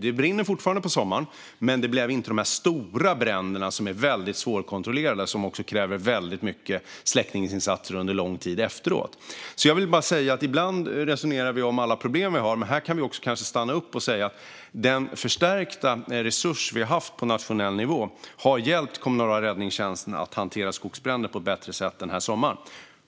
Det brinner fortfarande på sommaren, men det har inte blivit de här stora bränderna som är väldigt svårkontrollerade och som också kräver väldigt mycket släckningsinsatser under lång tid efteråt. Jag vill bara säga att vi ibland resonerar om alla problem vi har, men här kan vi kanske också stanna upp och säga att den förstärkta resurs som vi har haft på nationell nivå har hjälpt den kommunala räddningstjänsten att hantera skogsbränder på ett bättre sätt den här sommaren.